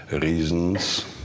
reasons